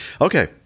Okay